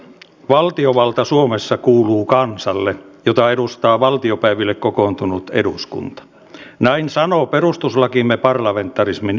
meillä on valtavati tutkittua tietoa se on parempi kuin hutkittu tieto ja mututuntuma